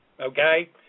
okay